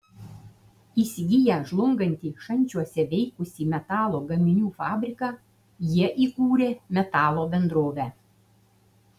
įsigiję žlungantį šančiuose veikusį metalo gaminių fabriką jie įkūrė metalo bendrovę